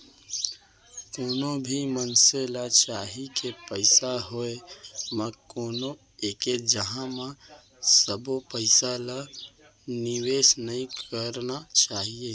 कोनो भी मनसे ल चाही के पइसा होय म कोनो एके जघा म सबो पइसा ल निवेस नइ करना चाही